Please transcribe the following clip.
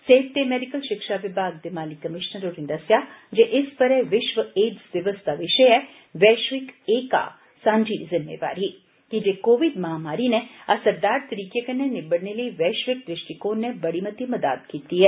सेहत ते मेडिकल शिक्षा विभाग दे माली कमीशनर होरें दस्सेआ जे इस ब'रे विश्व एडस दा विशे ऐ ''वैश्विक एकाह''सांझी जिम्मेवारी'' की जे कोविड महामारी नै असरदार तरीके कन्नै निबड़ने लेई वैश्विक दृकष्टकोण नै बड़ी मती मदाद कीती ऐ